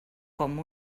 com